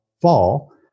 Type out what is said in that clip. fall